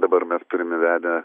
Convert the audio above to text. dabar mes turim įvedę